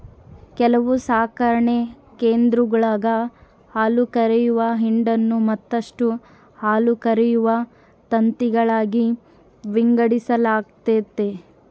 ಕೆಲವು ಸಾಕಣೆ ಕೇಂದ್ರಗುಳಾಗ ಹಾಲುಕರೆಯುವ ಹಿಂಡನ್ನು ಮತ್ತಷ್ಟು ಹಾಲುಕರೆಯುವ ತಂತಿಗಳಾಗಿ ವಿಂಗಡಿಸಲಾಗೆತೆ